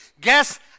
guess